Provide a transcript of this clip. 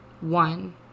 one